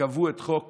כשקבעו את חוק